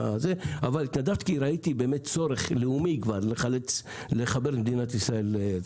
התנדבתי כי באמת ראיתי צורך לאומי לחבר את מדינת ישראל.